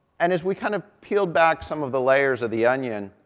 and as we kind of peeled back some of the layers of the onion,